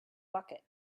bucket